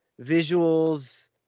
visuals